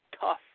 tough